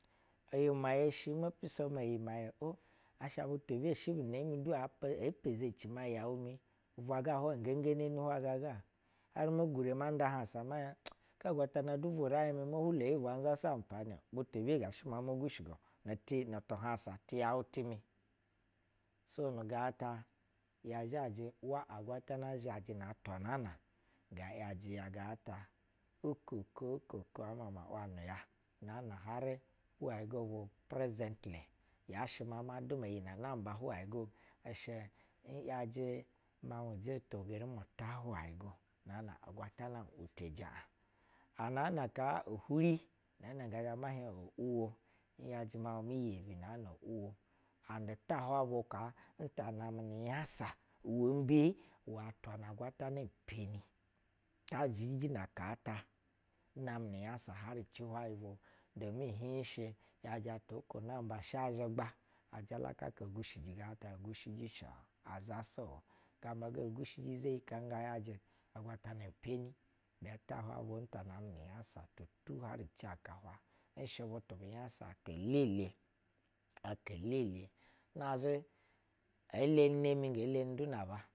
Iyimɛyɛsu mepi so iyimɛyɛ o asha butu ebe shɛ bu ne mi a pa opo zeci maa yɛu mi ubwa hwai gengeneni ga ga har me gure manda hahsa mɛ hiɛh ga agwatana yibwa uwɛ raig mu mo hulo yibwa n zasa ampanɛ-o butu be ga shɛ ma mo gushigo n teni na tu hansa ti yɛu ti mi so nu gaa tu ya zhajɛ hiɛ agwatana zhajɛ na aka naan a ya yajɛ nyɛ na bɛ zhɛ bu pama okoko okoko ana azhɛ bu pana har yɛu gɛ zhɛ wo presently yashɛ ma ma suma iyi nɛ naruba hu wai go ishɛ i’ yajɛ miaun na na uwo ana ka ewi iyajɛ miaun mi yebi nana uwo and ta hwayi vwokaa nta namɛ nyasa, uwɛmbe! Uwɛ atwa na agwatana ti peni. Ta zhiji naaka ta n nnamɛ nu nyasa har ci hwai uwɛnɛpo shɛ yajɛ atwa oko naana shɛ azhigba ajalaka egushi ji shi a zasa gamba ga ngushiji za yi kaa nga-yajɛ-o agwatana m peni ta hwai n ta namɛ nu nyasa uwa har ci aka ga n shv butu bu nyasa aka elele, aka lele nazhɛ eleni nemi nge leni du na aba.